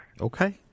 Okay